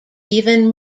even